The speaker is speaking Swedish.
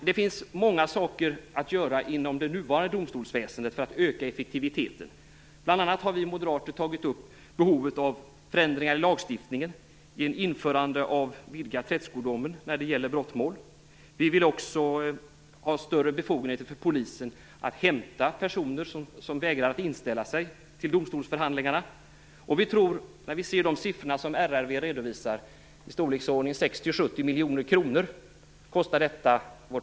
Det finns många saker att göra inom det nuvarande domstolsväsendet för att öka effektiviteten. Bl.a. har vi moderater tagit upp behovet av förändringar i lagstiftningen, bl.a. genom införande av vidgad tredskodom när det gäller brottmål. Vi vill också ha större befogenheter för polisen att hämta personer som vägrar att inställa sig till domstolsförhandlingarna. Inställda huvudförhandlingar kostar vårt rättsväsende 60-70 miljoner kronor varje år.